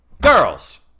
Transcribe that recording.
girls